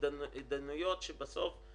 אבל הרווח הכולל במהירות ובפשטות של